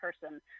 person